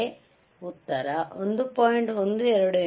01x10 15 ಇದನ್ನು ಪರಿಹರಿಸಿದಾಗ 1